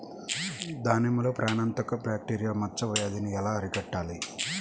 దానిమ్మలో ప్రాణాంతక బ్యాక్టీరియా మచ్చ వ్యాధినీ ఎలా అరికట్టాలి?